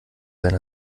sein